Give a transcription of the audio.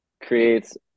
creates